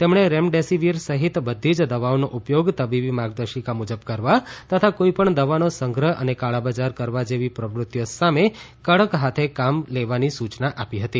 તેમણે રેમડેસિવીર સહિત બધી જ દવાઓનો ઉપયોગ તબીબી માર્ગદર્શિકા મુજબ કરવા તથા કોઈપણ દવાનો સંગ્રહ અને કાળાબજાર કરવા જેવી પ્રવૃત્તિઓ સામે કડક હાથે કામ લેવાની સૂચના આપી હતી